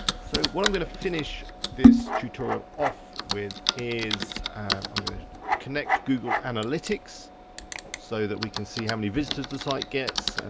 so what i'm going to finish this tutorial off with is i'm gonna connect google analytics so that we can see how many visitors the site gets. and